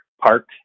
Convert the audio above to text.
park